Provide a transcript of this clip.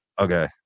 okay